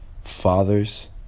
Fathers